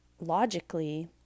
logically